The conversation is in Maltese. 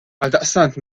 għaldaqstant